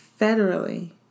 federally